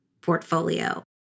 portfolio